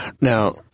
now